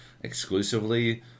exclusively